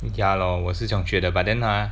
ya lor 我也是这样觉得 but then ah